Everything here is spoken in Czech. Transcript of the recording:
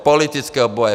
Politického boje!